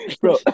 bro